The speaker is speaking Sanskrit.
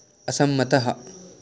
असम्मतः